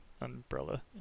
Umbrella